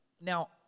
now